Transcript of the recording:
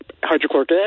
hydrochloric